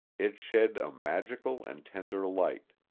it shed a magical and tender light.